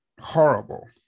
horrible